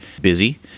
busy